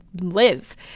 live